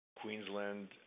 Queensland